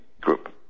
group